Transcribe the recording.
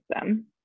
system